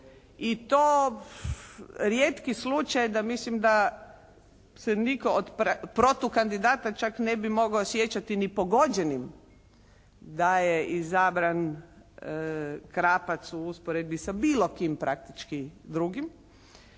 i to rijetki je slučaj da mislim da nitko od protukandidata čak ne bi mogao osjećati ni pogođenim da je izabran Krapac u usporedbi sa bilo kim praktički drugim.